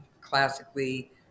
classically